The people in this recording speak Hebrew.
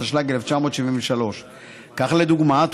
התשל"ג 1973. לדוגמה,